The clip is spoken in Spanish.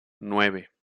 nueve